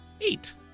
eight